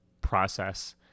process